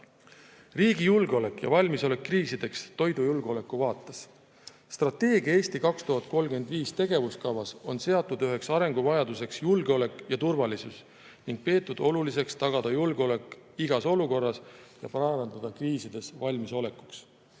julgeolek ja valmisolek kriisideks toidujulgeoleku vaates. Strateegia "Eesti 2035" tegevuskavas on seatud üheks arenguvajaduseks julgeolek ja turvalisus ning peetud oluliseks tagada julgeolek igas olukorras ja parandada kriisideks valmisolekut.